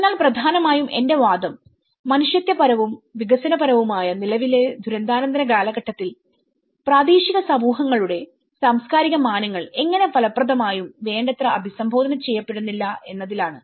അതിനാൽ പ്രാധാനമായും എന്റെ വാദംമനുഷ്യത്വപരവും വികസനപരവുമായ നിലവിലെ ദുരന്താനന്തര കാലഘട്ടത്തിൽ പ്രാദേശിക സമൂഹങ്ങളുടെ സാംസ്കാരിക മാനങ്ങൾ എങ്ങനെ ഫലപ്രദമായും വേണ്ടത്ര അഭിസംബോധന ചെയ്യപ്പെടുന്നില്ല എന്നതിലാണ്